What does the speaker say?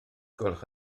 gwelwch